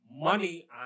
money